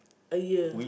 a year